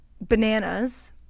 bananas